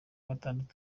gatandatu